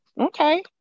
Okay